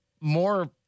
more